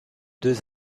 deux